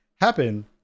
happen